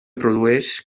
produeix